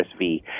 RSV